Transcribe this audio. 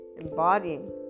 embodying